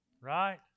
right